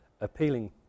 appealing